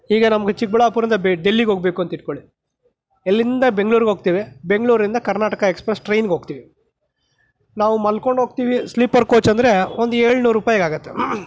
ಈಗ ನಮಗೆ ಚಿಕ್ಕಬಳ್ಳಾಪುರದಿಂದ ಡೆಲ್ಲಿಗೆ ಹೋಗಬೇಕು ಅಂತ ಇಟ್ಕೊಳ್ಳಿ ಇಲ್ಲಿಂದ ಬೆಂಗಳೂರಿಗೆ ಹೋಗ್ತೀವಿ ಬೆಂಗಳೂರಿಂದ ಕರ್ನಾಟಕ ಎಕ್ಸ್ಪ್ರೆಸ್ ಟ್ರೈನಿಗೆ ಹೋಗ್ತೀವಿ ನಾವು ಮಲ್ಕೊಂಡು ಹೋಗ್ತೀವಿ ಸ್ಲೀಪರ್ ಕೋಚ್ ಅಂದರೆ ಒಂದು ಏಳುನೂರು ರೂಪಾಯಿಗೆ ಆಗತ್ತೆ